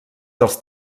dels